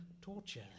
torture